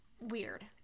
weird